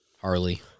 Harley